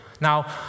Now